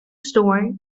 store